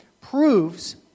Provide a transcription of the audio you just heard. proves